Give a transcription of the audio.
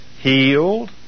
healed